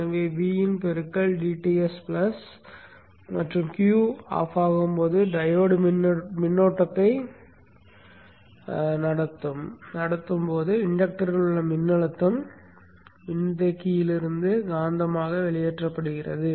எனவே V in பெருக்கல் dTs plus மற்றும் Q அணைக்கப்படும் போது டையோடு மின்னோட்டத்தை நடத்தும் போது இண்டக்டரில் உள்ள மின்னழுத்தம் மின்தேக்கியில் இருந்து காந்தமாக வெளியேற்றப்படுகிறது